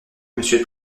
monsieur